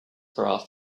graph